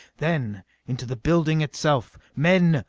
then into the building itself. men,